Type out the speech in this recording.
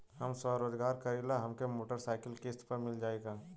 हम स्वरोजगार करीला हमके मोटर साईकिल किस्त पर मिल जाई का?